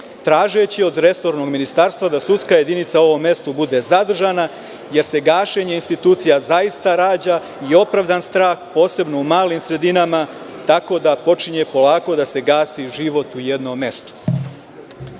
tražeći od resornog ministarstva da sudska jedinica u ovom mestu bude zadržana, jer se gašenjem institucija zaista rađa i opravdan strah posebno u malim sredinama, tako da počinje polako da se gasi život u jednom mestu. Sličan